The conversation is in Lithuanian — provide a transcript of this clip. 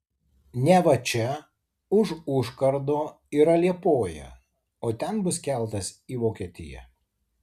neva čia už užkardo yra liepoja o ten bus keltas į vokietiją